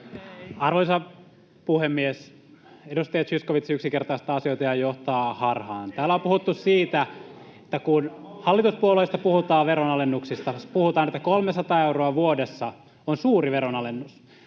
Arvoisa puhemies! Edustaja Zyskowicz yksinkertaistaa asioita ja johtaa harhaan. [Ben Zyskowicz: Ei!] Täällä on puhuttu siitä, että kun hallituspuolueista puhutaan veronalennuksista, puhutaan, että 300 euroa vuodessa on suuri veronalennus.